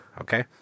okay